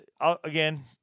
again